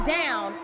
down